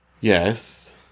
Yes